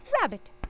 Rabbit